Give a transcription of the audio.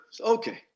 okay